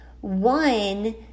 one